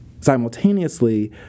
simultaneously